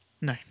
No